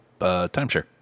timeshare